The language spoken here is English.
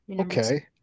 Okay